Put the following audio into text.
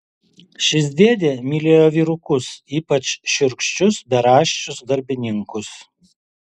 šis dėdė mylėjo vyrukus ypač šiurkščius beraščius darbininkus